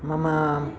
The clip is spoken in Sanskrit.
मम